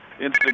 Instagram